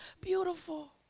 beautiful